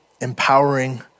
empowering